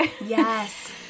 Yes